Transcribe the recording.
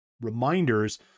reminders